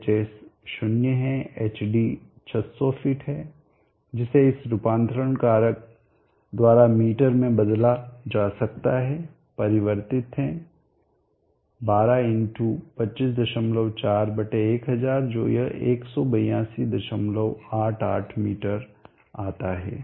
hs 0 है hd 600 feet है जिसे इस रूपांतरण कारक द्वारा मीटर में बदला जा सकता परिवर्तित है 12 × 254 1000 जो यह 18288 मीटर पर आता है